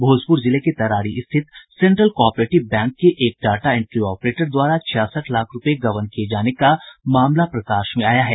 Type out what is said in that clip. भोजपुर जिले के तरारी स्थित सेंट्रल कॉपरेटिव बैंक में एक डाटा इंट्री ऑपरेटर द्वारा छियासठ लाख रूपये गबन किये जाने का मामला प्रकाश में आया है